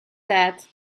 that